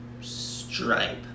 stripe